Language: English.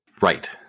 Right